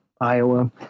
Iowa